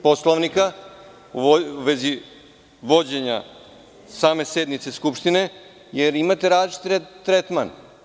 Poslovnika u vezi vođenja same sednice Skupštine, jer imate različit tretman.